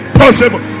possible